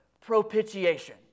Propitiation